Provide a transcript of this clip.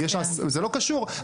זה לא קשור.